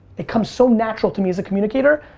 it comes so natural to me as a communicator,